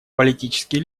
политические